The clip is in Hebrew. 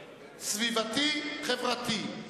סביבתי-חברתי.